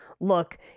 look